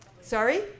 Sorry